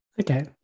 okay